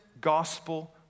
gospel